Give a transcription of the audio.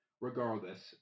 regardless